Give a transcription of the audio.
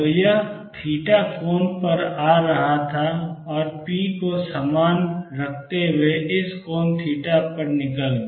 तो यह थीटा कोण पर आ रहा था और p को समान रखते हुए इस कोण थीटा पर निकल गया